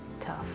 tough